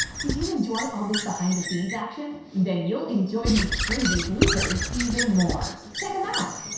did you enjoy all this behind-the-scenes action? then you'll enjoy these crazy bloopers even more! check em out!